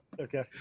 Okay